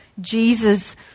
Jesus